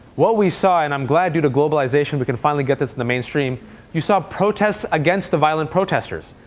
what we saw and i'm glad due to globalization, we can finally get this in the mainstream you saw protests against the violent protesters.